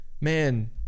man